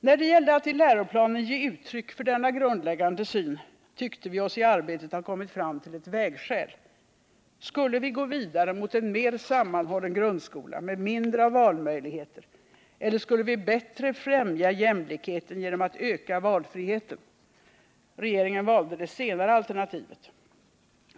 När det gällde att i läroplanen ge uttryck för denna grundläggande syn tyckte vi oss i arbetet ha kommit fram till ett vägskäl: Skulle vi gå vidare mot en mer sammanhållen grundskola med mindre av valmöjligheter, eller skulle vi bättre främja jämlikheten genom att öka valfriheten? Regeringen valde det senare alternativet.